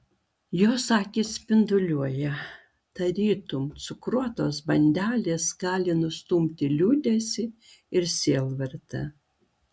jos akys spinduliuoja tarytum cukruotos bandelės gali nustumti liūdesį ir sielvartą